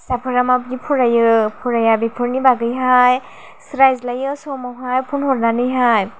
फिसाफोरा माबादि फरायो फराया बेफोरनि बागैहाय रायज्लायो समावहाय फन हरनानैहाय